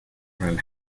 crime